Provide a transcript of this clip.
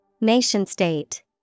Nation-state